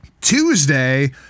Tuesday